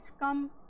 come